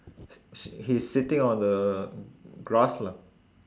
h~ sh~ he's sitting on the grass lah